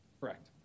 Correct